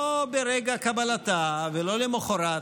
לא ברגע קבלתה ולא למוחרת,